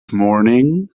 morning